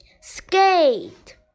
skate